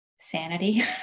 sanity